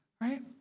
Right